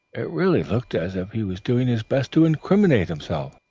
it really looked as if he was doing his best to incriminate himself.